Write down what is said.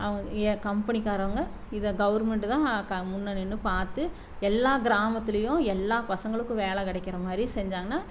அவங்க கம்பெனிக்காரங்க இதை கவுர்மெண்ட்டு தான் முன்னே நின்று பார்த்து எல்லாம் கிராமத்துலேயும் எல்லாம் பசங்களுக்கும் வேலை கிடைக்கிற மாதிரி செஞ்சாங்கன்னா